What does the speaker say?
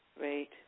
Right